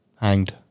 hanged